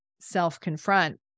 self-confront